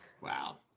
Wow